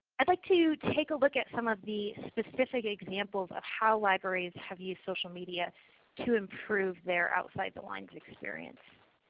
i'd like to take a look at some of the specific examples of how libraries have used social media to improve their outside the lines experience.